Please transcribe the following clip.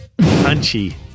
punchy